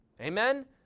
Amen